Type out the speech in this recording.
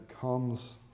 comes